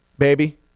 Baby